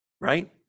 right